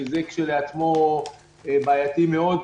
שזה כשלעצמו בעייתי מאוד,